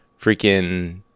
freaking